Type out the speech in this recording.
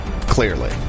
clearly